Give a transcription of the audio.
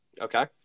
Okay